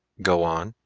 go on.